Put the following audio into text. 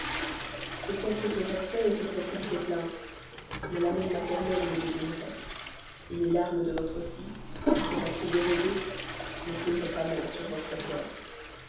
peut-être son respect étoufferait il ces plaintes mais l'amour maternel les devinerait les larmes de votre fille pour être dérobées n'en couleraient pas moins sur votre cœur